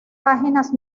páginas